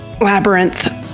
labyrinth